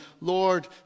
Lord